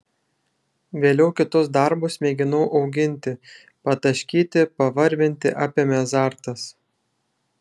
vėliau kitus darbus mėginau auginti pataškyti pavarvinti apėmė azartas